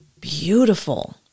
beautiful